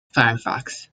firefox